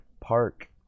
park